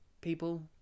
people